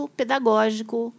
pedagógico